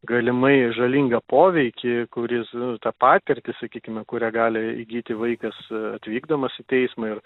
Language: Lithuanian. galimai žalingą poveikį kuris tą patirtį sakykime kurią gali įgyti vaikas atvykdamas į teismą ir